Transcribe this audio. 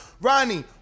Ronnie